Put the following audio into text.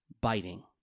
biting